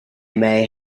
may